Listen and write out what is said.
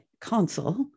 console